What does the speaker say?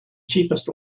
cheapest